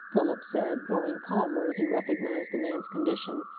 philip said, growing calmer as he recognised the man's condition,